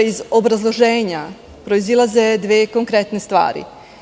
Iz obrazloženja proizilaze dve konkretne stvari.